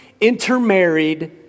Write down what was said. intermarried